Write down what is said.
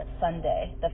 Sunday